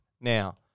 Now